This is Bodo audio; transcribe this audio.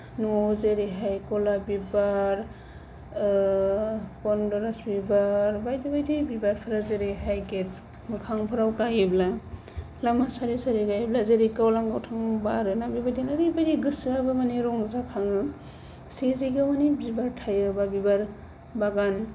न'आव जेरैहाय गलाफ बिबार गन्धराज बिबार बायदि बायदि बिबारफोरा जेरैहाय गेट मोखांफोराव गायोब्ला लामा सारि सारि गायोब्ला जेरै गावलां गावथां बारोना बेबादिनो ओरैबायदि गोसोआबो माने रंजाखाङो जि जायगायाव माने बिबार थायोब्ला बिबार बागान